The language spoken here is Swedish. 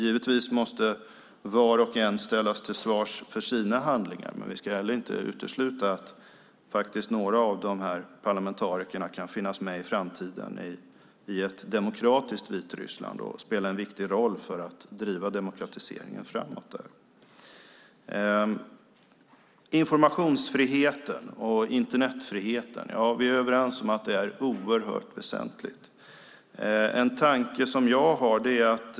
Givetvis måste var och en ställas till svars för sina handlingar, men vi ska inte heller utesluta att några av de här parlamentarikerna faktiskt kan finnas med i framtiden i ett demokratiskt Vitryssland och spela en viktig roll för att driva demokratiseringen framåt. Informationsfriheten och Internetfriheten - ja, vi är överens om att det är oerhört väsentligt. Jag har en tanke.